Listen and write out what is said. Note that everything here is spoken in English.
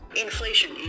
Inflation